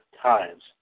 times